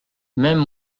même